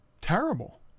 Terrible